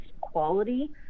quality